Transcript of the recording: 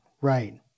right